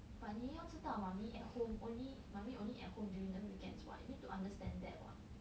but 你也要知道 mummy at home only mummy only at home during the weekends what you need to understand that what